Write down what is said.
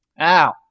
Ow